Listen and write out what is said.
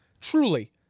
Truly